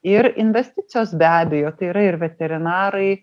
ir investicijos be abejo tai yra ir veterinarai